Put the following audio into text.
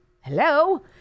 Hello